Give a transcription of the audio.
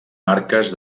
marques